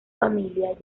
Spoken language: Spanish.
familia